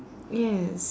yes